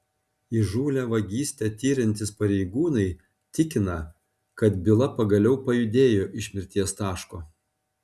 įžūlią vagystę tiriantys pareigūnai tikina kad byla pagaliau pajudėjo iš mirties taško